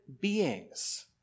beings